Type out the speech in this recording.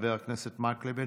חבר הכנסת מקלב,